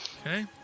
Okay